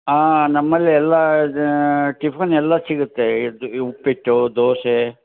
ಹಾಂ ನಮ್ಮಲ್ಲಿ ಎಲ್ಲ ಅದು ಟಿಫನ್ ಎಲ್ಲ ಸಿಗುತ್ತೆ ಇಡ್ಲಿ ಉಪ್ಪಿಟ್ಟು ದೋಸೆ